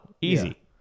easy